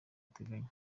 ateganya